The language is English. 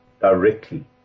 directly